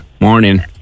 Morning